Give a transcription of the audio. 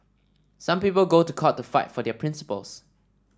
some people go to court to fight for their principles